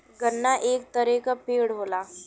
गन्ना एक तरे क पेड़ होला